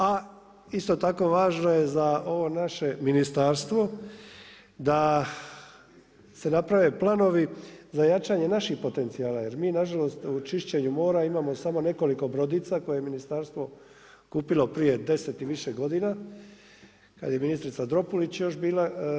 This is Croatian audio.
A isto tako važno je za ovo naše ministarstvo, da se naprave planovi za jačanje naših potencijala, jer mi nažalost u čišćenju mora imamo samo nekoliko brodica, koje Ministarstvo kupilo prije 10 i više godina, kada je ministrica Dropulić još bila.